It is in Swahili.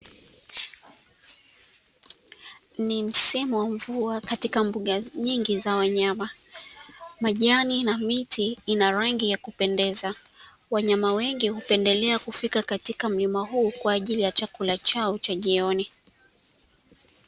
Ni msimu wa mvua katika mbuga nyingi za wanyama, majani na miti ina rangi ya kupendeza wanyama wengi hupendelea kufika katika mlima huu kwaajili ya chakula chao cha jioni,